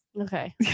okay